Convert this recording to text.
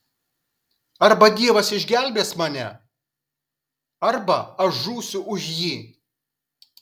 arba dievas išgelbės mane arba aš žūsiu už jį